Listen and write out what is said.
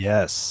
Yes